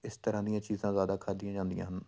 ਇਸ ਤਰ੍ਹਾਂ ਦੀਆਂ ਚੀਜ਼ਾਂ ਜ਼ਿਆਦਾ ਖਾਧੀਆਂ ਜਾਂਦੀਆਂ ਹਨ